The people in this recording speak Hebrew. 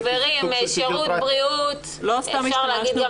חברים, שירות בריאות, אפשר להגיד גם